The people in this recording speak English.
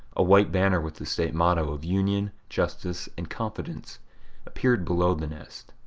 a white banner with the state motto of union, justice, and confidence appeared below the nest.